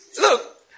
Look